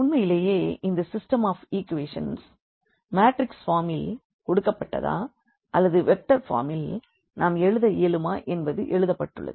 உண்மையிலே இந்த system of ஈக்வேஷனை மேட்ரிக்ஸ் ஃபார்மில் கொடுக்கப்பட்டதா அல்லது வெக்டர் ஃபார்மில் நாம் எழுத இயலுமா என்பது எழுதப்பட்டுள்ளது